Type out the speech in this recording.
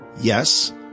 Yes